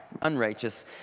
unrighteous